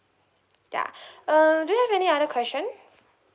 ya uh do you have any other question